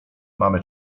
mamy